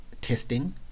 testing